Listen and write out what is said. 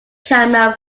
caramel